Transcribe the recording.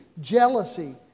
jealousy